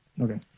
Okay